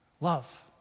love